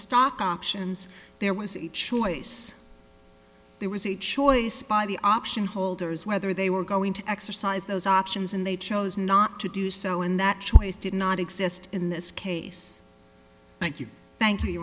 stock options there was a choice there was a choice by the option holders whether they were going to exercise those options and they chose not to do so in that choice did not exist in this case thank you thank